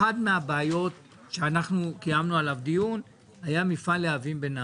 אחת הבעיות שקיימנו עליה דיון זה מפעל "להבים" בנהרייה.